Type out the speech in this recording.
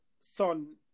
son